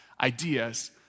Ideas